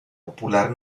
popular